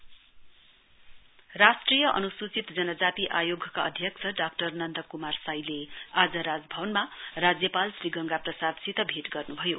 an C S T governor राष्ट्रिय अनुसूचित जनजाति आयोगका अध्यक्ष डाक्टर नन्द कुमार साईले आज राजभवनमा राज्यपाल श्री गंगा प्रसादसित भेट गर्नुभयो